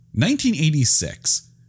1986